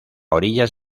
orillas